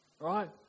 Right